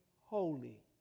holy